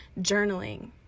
journaling